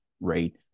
right